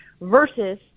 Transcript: versus